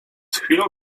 chwilą